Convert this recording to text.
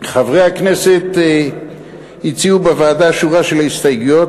חברי הכנסת הציעו בוועדה שורה של הסתייגויות,